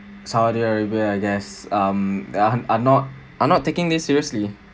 saudi arabia I guess um ar~ are not are not taking this seriously